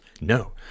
no